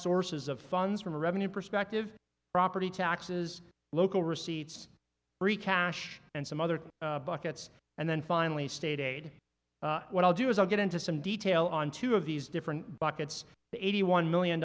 sources of funds from a revenue perspective property taxes local receipts free cash and some other buckets and then finally stated what i'll do is i'll get into some detail on two of these different buckets the eighty one million